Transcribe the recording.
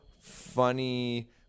funny—